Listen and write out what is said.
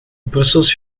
brussels